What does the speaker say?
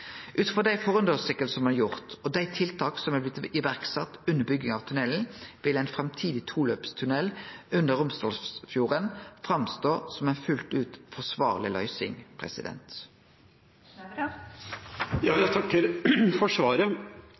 Ut frå dei forundersøkingane som er gjort og dei tiltak som er blitt sette i verk under bygging av tunnelen, vil ein framtidig toløpstunnel under Romsdalsfjorden vere ei fullt ut forsvarleg løysing. Jeg takker for svaret,